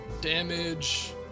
Damage